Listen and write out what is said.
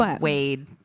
Wade